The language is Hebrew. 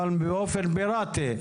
אבל באופן פיראטי,